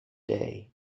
day